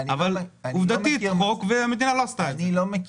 אבל עובדתית זה חוק שהמדינה לא עמדה בו.